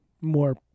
more